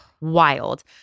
wild